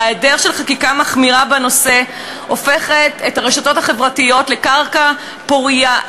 היעדרה של חקיקה מחמירה בנושא הופך את הרשתות החברתיות לקרקע פורייה,